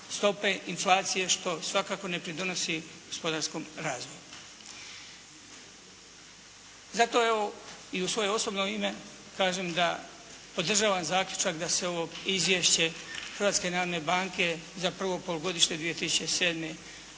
stope inflacije što svakako ne pridonosi gospodarskom razvoju. Zato evo, i u svoje osobno ime kažem da podržavam zaključak da se ovo Izvješće Hrvatske narodne banke za prvo polugodište 2007.